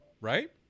right